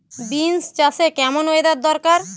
Beans চাষে কেমন weather দরকার?